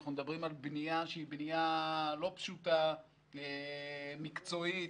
אנחנו מדברים על בנייה לא פשוטה, בנייה מקצועית,